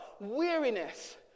weariness